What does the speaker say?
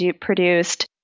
produced